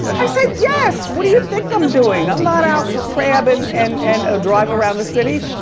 i said, yes, what do you think i'm doing? i'm not out for crab and and and a drive around the city.